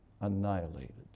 annihilated